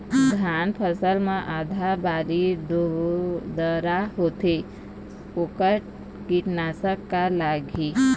धान फसल मे आधा बाली बोदरा होथे वोकर कीटनाशक का लागिही?